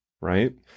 Right